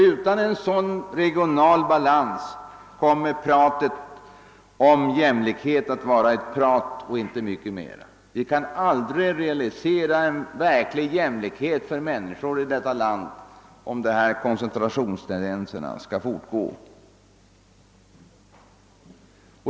Utan en sådan regional balans blir talet om jämlikhet bara prat och inte mycket mer. Vi kan aldrig åstadkomma en verklig jämlikhet mellan människorna i detta land, om koncentrationstendenserna får fortsätta.